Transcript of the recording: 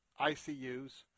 ICUs